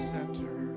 center